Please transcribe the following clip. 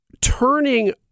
turning